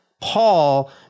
Paul